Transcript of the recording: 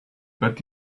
bet